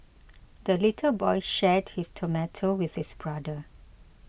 the little boy shared his tomato with his brother